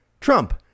Trump